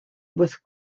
with